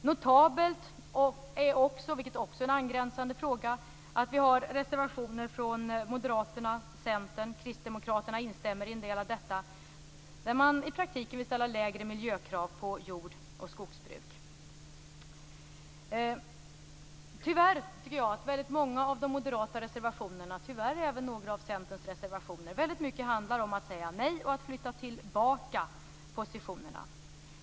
Notabelt är också - och det är också en angränsande fråga - att vi har reservationer från Moderaterna och Centern - och Kristdemokraterna instämmer i en del av detta - där man i praktiken vill ställa lägre miljökrav på jord och skogsbruk. Väldigt många av de moderata reservationerna och tyvärr även några av Centerns reservationer handlar om att säga nej och att flytta tillbaka positionerna.